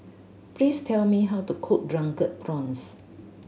please tell me how to cook Drunken Prawns